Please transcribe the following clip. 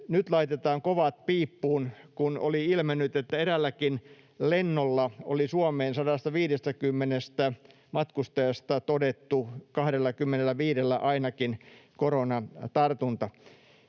”nyt laitetaan kovat piippuun”, kun oli ilmennyt, että eräälläkin lennolla Suomeen oli 150 matkustajasta todettu ainakin 25:llä koronatartunta.